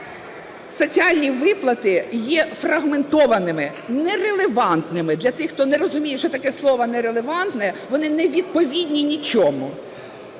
Соціальні виплати є фрагментованими, нерелевантними. Для тих, хто не розуміє що таке слово "нерелевантне" – вони невідповідні нічому.